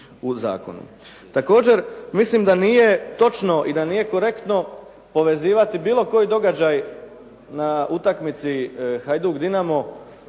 u zakonu. Također, mislim da nije točno i da nije korektno povezivati bilo koji događaj na utakmici Hajduk-Dinamo